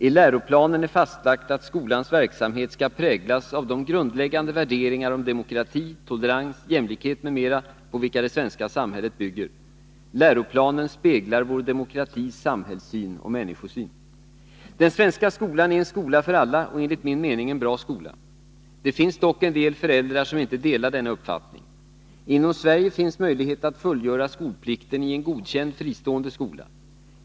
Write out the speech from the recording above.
I läroplanen är fastlagt att skolans verksamhet skall präglas av de grundläggande värderingar om demokrati, tolerans, jämlikhet m.m. på vilka det svenska samhället bygger. Läroplanen speglar vår demokratis samhällssyn och människosyn. Den svenska grundskolan är en skola för alla och enligt min mening en bra skola. Det finns dock en del föräldrar som inte delar denna uppfattning. Inom Sverige finns möjlighet att fullgöra skolplikten i en godkänd fristående skola.